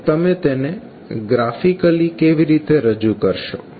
હવે તમે તેને ગ્રાફિકલી કેવી રીતે રજૂ કરશો